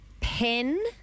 pen